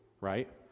right